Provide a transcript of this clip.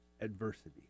adversity